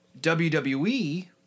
WWE